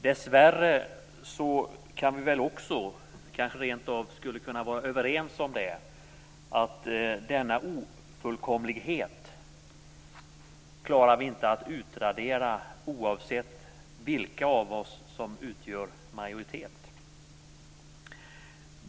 Dessvärre klarar vi inte, det kanske vi rent av skulle kunna vara överens om, att utradera denna ofullkomlighet oavsett vilka av oss som utgör majoritet.